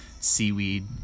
seaweed